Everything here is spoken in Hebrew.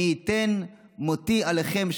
מי ייתן מותי עליכם,